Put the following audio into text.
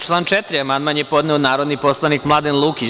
Na član 4. amandman je podneo narodni poslanik Mladen Lukić.